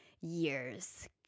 years